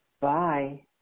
Bye